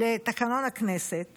לתקנון הכנסת